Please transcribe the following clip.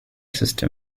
system